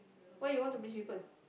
why you want to please people